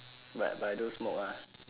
but but I don't smoke uh